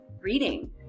reading